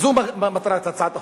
וזו מטרת הצעת החוק,